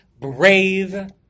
brave